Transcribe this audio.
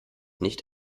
nicht